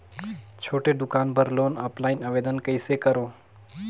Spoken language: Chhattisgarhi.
छोटे दुकान बर लोन ऑफलाइन आवेदन कइसे करो?